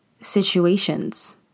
situations